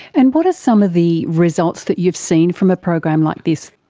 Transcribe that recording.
and what are some of the results that you've seen from a program like this?